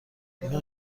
اینها